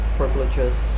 privileges